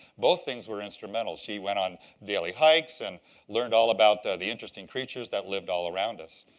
both things were instrumental. he went on daily hikes and learned all about the interesting creatures that lived all around us.